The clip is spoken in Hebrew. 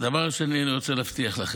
דבר שני, אני רוצה להבטיח לכם,